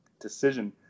decision